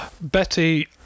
Betty